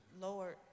Lord